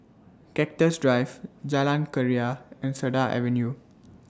Cactus Drive Jalan Keria and Cedar Avenue